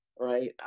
Right